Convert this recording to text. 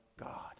God